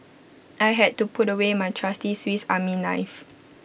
I had to put away my trusty Swiss army knife